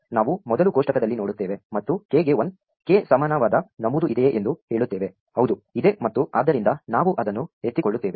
ನಾವು ಮೊದಲು ಕೋಷ್ಟಕದಲ್ಲಿ ನೋಡುತ್ತೇವೆ ಮತ್ತು k ಗೆ 1 k ಸಮಾನವಾದ ನಮೂದು ಇದೆಯೇ ಎಂದು ಹೇಳುತ್ತೇವೆ ಹೌದು ಇದೆ ಮತ್ತು ಆದ್ದರಿಂದ ನಾವು ಅದನ್ನು ಎತ್ತಿಕೊಳ್ಳುತ್ತೇವೆ